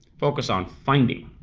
focus on finding.